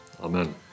Amen